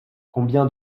combien